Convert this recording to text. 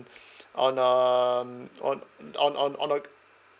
on um on on on on a